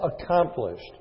accomplished